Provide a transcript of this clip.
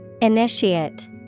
Initiate